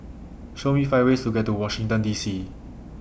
Show Me five ways to get to Washington D C